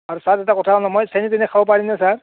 আৰু ছাৰ এটা কথা নহয় মই চেনি তেনি খাব পাৰিম নে ছাৰ